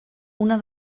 una